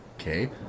Okay